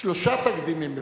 שלושה תקדימים בבת-אחת.